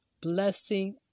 blessing